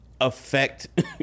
affect